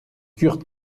kurdes